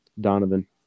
Donovan